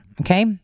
Okay